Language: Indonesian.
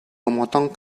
memotong